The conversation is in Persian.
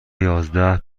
یازده